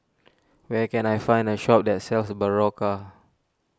where can I find a shop that sells Berocca